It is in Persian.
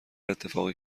اتفاقی